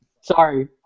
Sorry